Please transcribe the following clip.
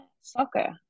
soccer